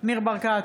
ניר ברקת,